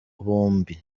bombi